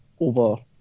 over